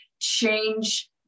change